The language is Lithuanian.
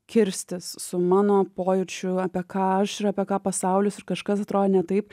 kirstis su mano pojūčiu apie ką aš ir apie ką pasaulis ir kažkas atrodo ne taip